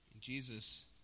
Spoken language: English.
Jesus